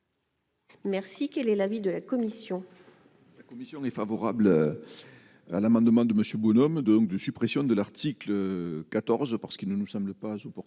Merci, quel est l'avis de la commission.